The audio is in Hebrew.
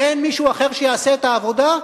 שאין מישהו אחר שיעשה את העבודה,